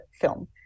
film